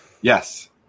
Yes